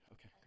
Okay